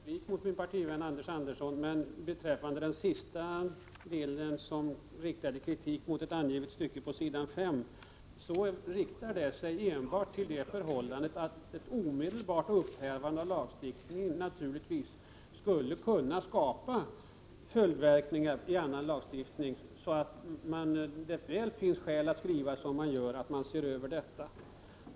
Herr talman! Jag har inte någon anledning att begära replik på min partivän Anders Andersson. Men beträffande kritiken mot ett angivet stycke på s. 5 vill jag säga att detta enbart riktar sig till det förhållandet att ett omedelbart upphävande av lagstiftning naturligtvis skulle kunna få följdverkningar i annan lagstiftning. Det finns därför skäl att skriva som man gör här att man vill se över detta.